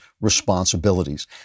responsibilities